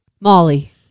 Molly